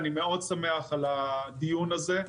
אני מאוד שמח על הדיון הזה.